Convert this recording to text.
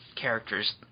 characters